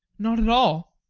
not at all.